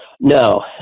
No